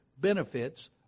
benefits